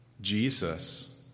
Jesus